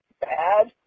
bad